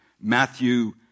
Matthew